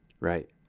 right